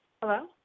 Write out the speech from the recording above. Hello